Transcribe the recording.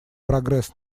прогресс